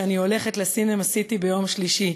שאני הולכת ל"סינמה סיטי" ביום שלישי,